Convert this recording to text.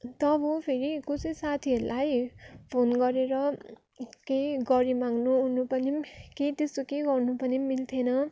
तब फेरि कसै साथीहरूलाई फोन गरेर केही गरिमाग्नु ओर्नु पनि केही त्यस्तो केही गर्नु पनि मिल्थेन